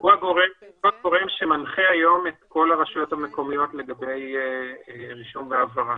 הוא הגורם שמנחה היום את כל הרשויות המקומיות לגבי רישום והעברה.